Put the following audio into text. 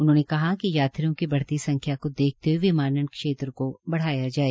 उन्होंने कहा कि यात्रियों की बढ़ती संख्या को देखते हए विमानन क्षेत्र को बढ़ाया जाए